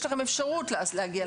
יש לכם אפשרות להגיע למידע הזה.